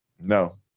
No